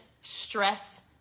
stress